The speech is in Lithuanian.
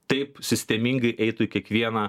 taip sistemingai eitų į kiekvieną